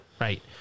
Right